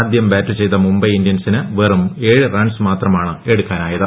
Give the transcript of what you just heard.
ആദ്യം ബാറ്റ് ചെയ്ത മുംബൈ ഇന്ത്യൻസിന് വെറും ഏഴ് റൺസ്ട് മാത്രമാണ് എടുക്കാനായത്